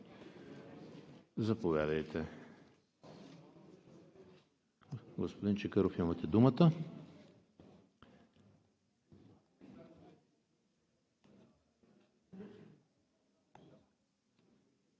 Заповядайте – господин Чакъров, имате думата.